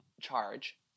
charge